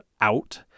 out